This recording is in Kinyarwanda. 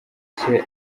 cye